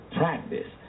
practice